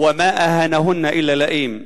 וַמַא אָהַאנַהֻנַּ אִלַּא לַאִים.